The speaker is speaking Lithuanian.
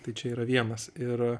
tai čia yra vienas ir